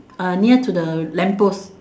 uh near to the lamp post